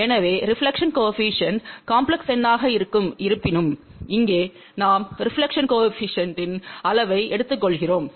எனவே reflection coefficient complex எண்ணாக இருக்கும் இருப்பினும் இங்கே நாம் ரெபிலெக்ஷன் கோஏபிசிஎன்டின் அளவை எடுத்துக்கொள்கிறோம்